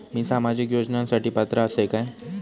मी सामाजिक योजनांसाठी पात्र असय काय?